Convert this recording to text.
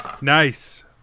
Nice